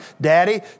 Daddy